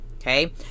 okay